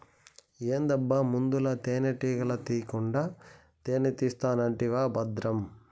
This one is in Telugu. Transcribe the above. ఏందబ్బా ముందల తేనెటీగల తీకుండా తేనే తీస్తానంటివా బద్రం